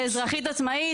אזרחית עצמאית,